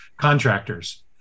Contractors